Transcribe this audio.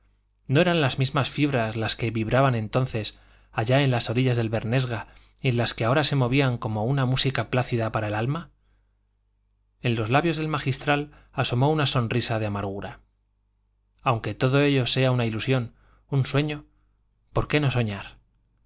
no eran las mismas fibras las que vibraban entonces allá en las orillas del bernesga y las que ahora se movían como una música plácida para el alma en los labios del magistral asomó una sonrisa de amargura aunque todo ello sea una ilusión un sueño por qué no soñar